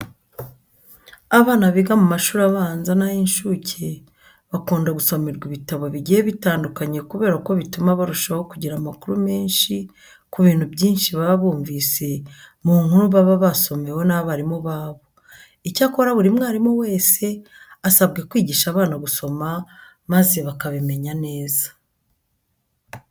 Abana biga mu mashuri abanza n'ay'incuke bakunda gusomerwa ibitabo bigiye bitandukanye kubera ko bituma barushaho kugira amakuru menshi ku bintu byinshi baba bumvise mu nkuru baba basomewe n'abarimu babo. Icyakora buri mwarimu wese asabwa kwigisha abana gusoma maze bakabimenya neza.